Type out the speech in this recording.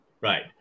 Right